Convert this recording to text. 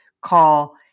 Call